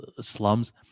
slums